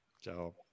Ciao